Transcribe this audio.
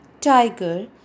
tiger